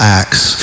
acts